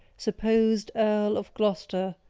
supposed earl of gloster,